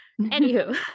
Anywho